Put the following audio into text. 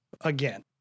again